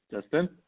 Justin